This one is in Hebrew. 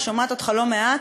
אני שומעת אותך לא מעט,